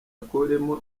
akuremo